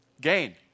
gain